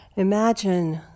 Imagine